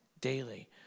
Daily